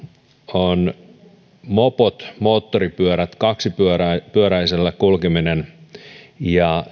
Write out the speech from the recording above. ovat mopot ja moottoripyörät kaksipyöräisellä kulkeminen ja